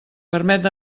permet